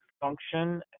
function